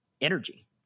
energy